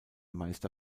meister